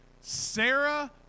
Sarah